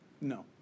No